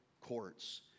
courts